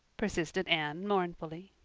persisted anne mournfully.